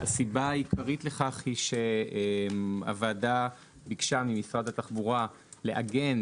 הסיבה העיקרית לכך היא שהוועדה ביקשה ממשרד התחבורה לעגן